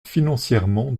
financièrement